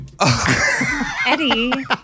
Eddie